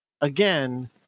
again